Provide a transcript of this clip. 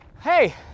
Hey